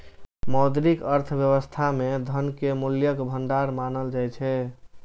मौद्रिक अर्थव्यवस्था मे धन कें मूल्यक भंडार मानल जाइ छै